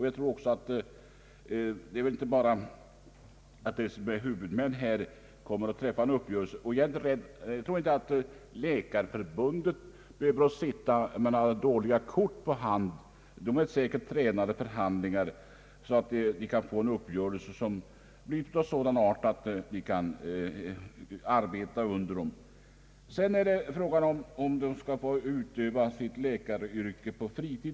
Jag tror inte att Läkarförbundet behöver sitta med några dåliga kort på hand. Förbundets representanter är säkert tränade förhandlare, så att vi kan få en uppgörelse av sådan art att vi kan arbeta efter den. En fråga är om läkarna skall få utöva sitt yrke på fritid.